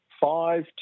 five